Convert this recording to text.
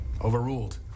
overruled